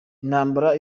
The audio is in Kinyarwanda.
intambara